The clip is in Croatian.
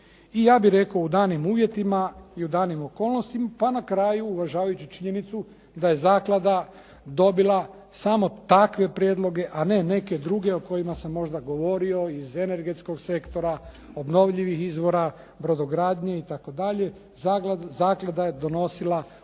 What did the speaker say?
I ja bih rekao, u danim uvjetima i u danim okolnostima pa na kraju uvažavajući činjenicu da je zaklada dobila samo takve prijedloge, a ne neke druge o kojima sam možda govorio iz energetskog sektora, obnovljivih izvora, brodogradnje itd., zaklada je donosila ozbiljne